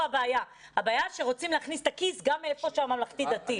הבעיה שרוצים להכניס את הכיס גם איפה שהממלכתי-דתי.